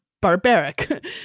barbaric